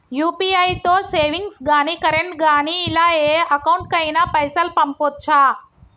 UPI తో savings గాని current గాని ఇలా ఏ అకౌంట్ కైనా పైసల్ పంపొచ్చా?